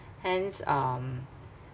hence um